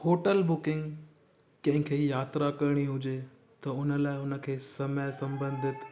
hotel booking कंहिं खे यात्रा करिणी हुजे त हुन लाइ हुनखे समय संबंधित